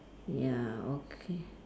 ya okay